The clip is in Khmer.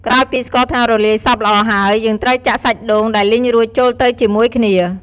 ក្រោយពីស្ករត្នោតរលាយសព្វល្អហើយ យើងត្រូវចាក់សាច់ដូង ដែលលីងរួចចូលទៅជាមួយគ្នា ។